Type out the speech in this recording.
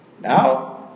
Now